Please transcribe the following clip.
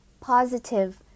positive